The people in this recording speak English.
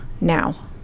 now